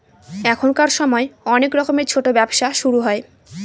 এখনকার সময় অনেক রকমের ছোটো ব্যবসা শুরু হয়